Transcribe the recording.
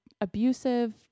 abusive